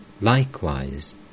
Likewise